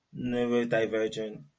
neurodivergent